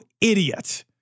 idiot